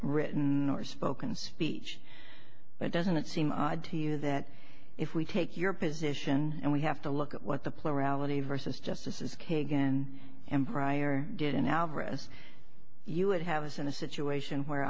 written or spoken speech but doesn't it seem odd to you that if we take your position and we have to look at what the plurality versus justices kagan and pryor did in alvarez you would have us in a situation where a